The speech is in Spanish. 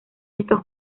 estos